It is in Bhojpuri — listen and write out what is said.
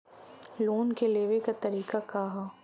लोन के लेवे क तरीका का ह?